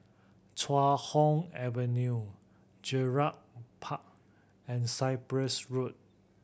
Chuan Hoe Avenue Gerald Park and Cyprus Road